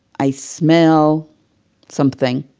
i smell something,